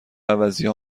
عوضیها